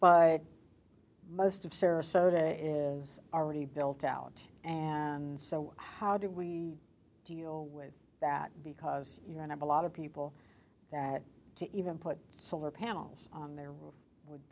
buy most of sarasota is already built out and so how do we deal with that because you don't have a lot of people that to even put solar panels on there would